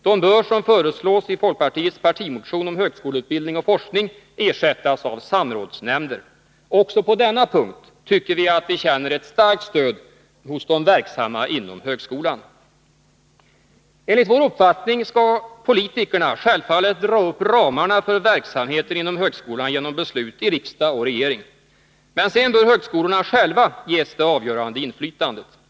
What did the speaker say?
De bör, som föreslås i folkpartiets partimotion om högskoleutbildning och forskning, ersättas av samrådsnämnder. Också på denna punkt tycker vi att vi känner ett starkt stöd hos de verksamma inom högskolan. Enligt vår uppfattning skall politikerna självfallet dra upp ramarna för verksamheten inom högskolan genom beslut i riksdag och regering. Men sedan bör högskolorna själva ges det avgörande inflytandet.